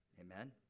Amen